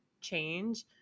change